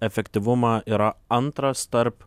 efektyvumą yra antras tarp